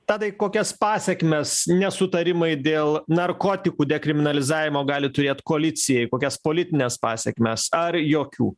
tadai kokias pasekmes nesutarimai dėl narkotikų dekriminalizavimo gali turėt koalicijai kokias politines pasekmes ar jokių